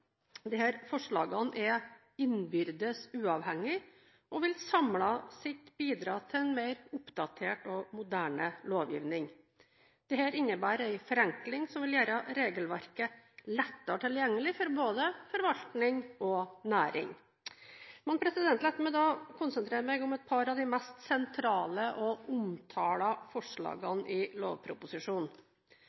forslagene er innbyrdes uavhengige, og vil samlet sett bidra til en mer oppdatert og moderne lovgivning. Dette innebærer en forenkling som vil gjøre regelverket lettere tilgjengelig både for forvaltning og næring. La meg da konsentrere meg om et par av de mest sentrale og omtalte forslagene i lovproposisjonen.